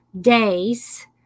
days